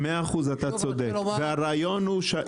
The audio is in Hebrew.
אתה צודק ב-100%.